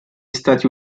stati